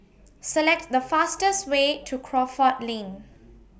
Select The fastest Way to Crawford Lane